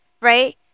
right